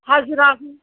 हाजिरा